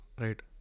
right